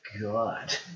God